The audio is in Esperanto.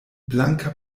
blanka